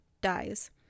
dies